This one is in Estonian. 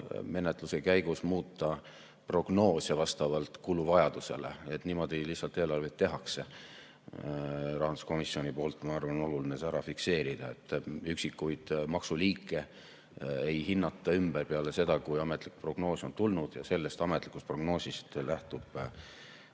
menetluse käigus muuta prognoose vastavalt kuluvajadusele. Niimoodi lihtsalt eelarvet tehakse. Rahanduskomisjonil, ma arvan, on oluline see ära fikseerida. Üksikuid maksuliike ei hinnata ümber peale seda, kui ametlik prognoos on tulnud, ja sellest ametlikust prognoosist lähtub